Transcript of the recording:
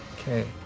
Okay